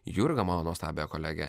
jurgą mano nuostabią kolegę